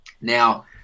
Now